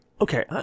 okay